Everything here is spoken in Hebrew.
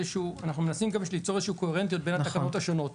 אנחנו מנסים ליצור גם איזה שהיא קוהרנטיות בין התקנות השונות.